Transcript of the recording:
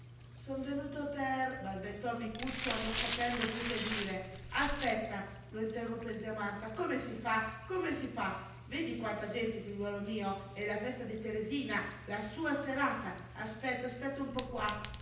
son venuto per balbettò micuccio non sapendo piú che dire aspetta lo interruppe zia marta come si fa come si fa vedi quanta gente figliuolo mio è la festa di teresina la sua serata aspetta aspetta un po qua